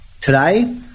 Today